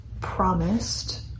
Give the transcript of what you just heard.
promised